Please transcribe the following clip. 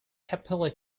capella